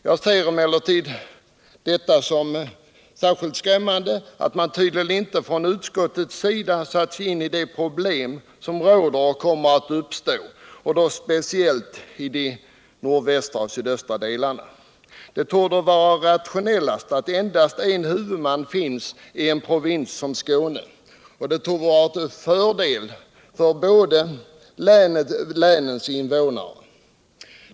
Jag anser emellertid att det är särskilt skrämmande att utskottsledamöterna tydligen inte har satt sig in i de problem som råder och som kommer att uppstå, speciellt i de nordvästra och sydöstra delarna av Skåne. Det torde vara bäst att ha endast en huvudman i en provins som Skåne, och detta torde vara till fördel för båda länens invånare.